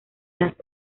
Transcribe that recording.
las